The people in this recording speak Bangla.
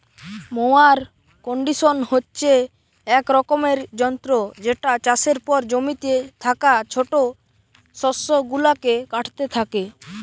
মোয়ার কন্ডিশন হচ্ছে এক রকমের যন্ত্র যেটা চাষের পর জমিতে থাকা ছোট শস্য গুলাকে কাটতে থাকে